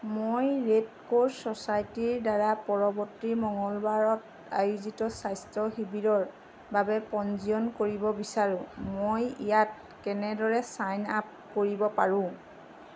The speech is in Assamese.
মই ৰেড ক্ৰছ ছ'চাইটিৰদ্বাৰা পৰৱৰ্তী মঙলবাৰত আয়োজিত স্বাস্থ্য শিবিৰৰ বাবে পঞ্জীয়ন কৰিব বিচাৰোঁ মই ইয়াত কেনেদৰে ছাইন আপ কৰিব পাৰোঁ